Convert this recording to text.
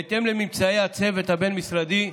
בהתאם לממצאי הצוות הבין-משרדי,